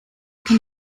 kann